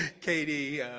Katie